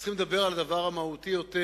צריכים לדבר על הדבר המהותי יותר,